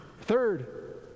Third